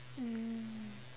mm